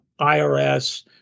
IRS